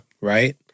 right